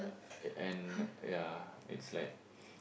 and and ya it's like